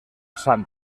sant